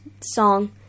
song